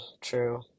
True